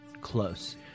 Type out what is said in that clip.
close